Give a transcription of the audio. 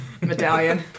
medallion